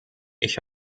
ich